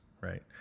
right